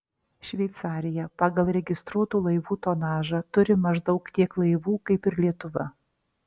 šveicarija pagal registruotų laivų tonažą turi maždaug tiek laivų kaip ir lietuva